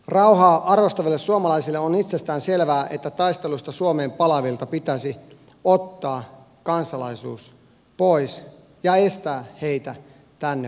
rauhaa arvostaville suomalaisille on itsestään selvää että taistelusta suomeen palaavilta pitäisi ottaa kansalaisuus pois ja estää heitä tänne palaamasta